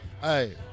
Hey